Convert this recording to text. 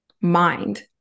mind